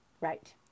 Right